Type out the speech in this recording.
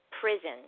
prison